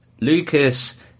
Lucas